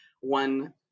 one